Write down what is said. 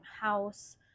house